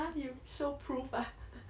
!huh! you show proof ah